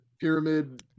pyramid